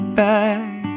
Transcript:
back